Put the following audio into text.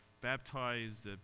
baptized